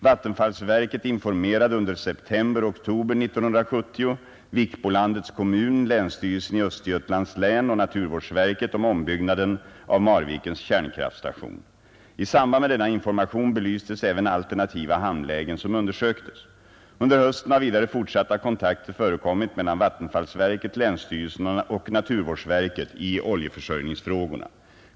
Vattenfallsverket informerade under september och oktober 1970 Vikbolandets kommun, länsstyrelsen i Östergötlands län och naturvårdsverket om ombyggnaden av Marvikens kärnkraftstation. I samband med denna information belystes även alternativa hamnlägen som undersöktes. Under hösten har vidare fortsatta kontakter förekommit mellan vattenfallsverket, länsstyrelsen och naturvårdsverket i oljeförsörjningsfrågorna.